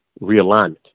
realignment